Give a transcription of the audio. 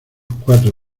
cuatro